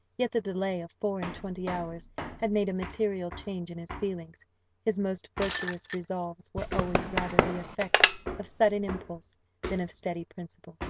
yet the delay of four-and-twenty hours had made a material change in his feelings his most virtuous resolves were always rather the effect of sudden impulse than of steady principle.